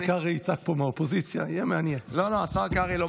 ואז קרעי יצעק פה באופוזיציה.